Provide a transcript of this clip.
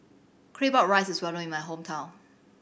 Claypot Rice is well known in my hometown